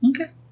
Okay